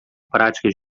prática